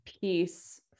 piece